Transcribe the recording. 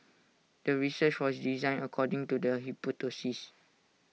the research was designed according to the hypothesis